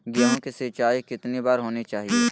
गेहु की सिंचाई कितनी बार होनी चाहिए?